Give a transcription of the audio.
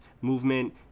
movement